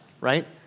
right